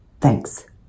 Thanks